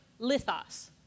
lithos